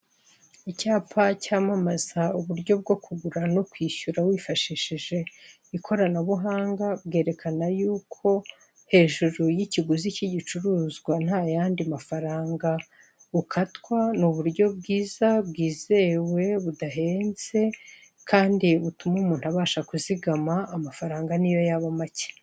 Icyapa cyamamaza uburyo bwo kugura no kwishyura wifashishije ikoranabuhanga, bwerekana yuko hejuru y'ikiguzi cy'igicuruzwa nta yandi mafaranga ukatwa, ni uburyo bwiza bwizewe, budahenze, kandi butuma umuntu abasha kuzigama amafaranga n'iyo yaba make.